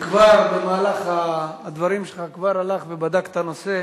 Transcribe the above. שכבר במהלך הדברים הלך ובדק את הנושא.